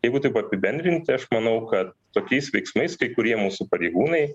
jeigu taip apibendrinti aš manau kad tokiais veiksmais kai kurie mūsų pareigūnai